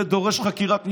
1. זה דורש חקירת משטרה,